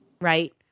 right